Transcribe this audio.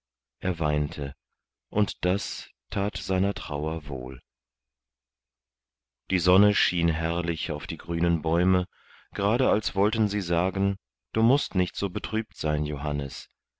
er weinte und das that seiner trauer wohl die sonne schien herrlich auf die grünen bäume gerade als wollten sie sagen du mußt nicht so betrübt sein johannes